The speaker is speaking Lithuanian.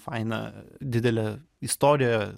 fainą didelę istoriją